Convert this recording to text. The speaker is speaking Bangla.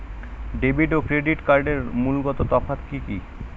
ডেবিট এবং ক্রেডিট কার্ডের মূলগত তফাত কি কী?